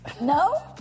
No